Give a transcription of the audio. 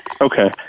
Okay